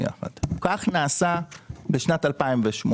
כך נעשה בשנת 2018,